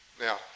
Now